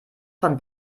von